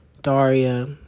Daria